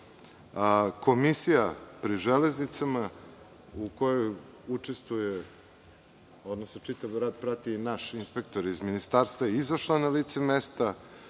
Komisija pri železnicama u kojoj učestvuje, odnosno čitav rad prati naš inspektor iz Ministarstva, izašla na lice mesta.